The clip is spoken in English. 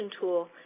tool